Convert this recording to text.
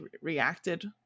reacted